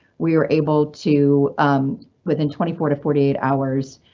we were able to within twenty four to forty eight hours,